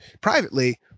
privately